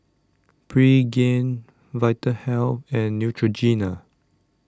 Pregain Vitahealth and Neutrogena